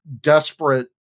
desperate